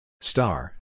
Star